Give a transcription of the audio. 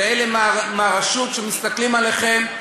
ואלה מהרשות שמסתכלים עליכם,